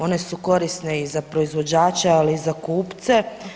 One su korisne i za proizvođače, ali i za kupce.